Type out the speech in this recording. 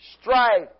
strife